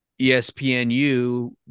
ESPNU